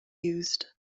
used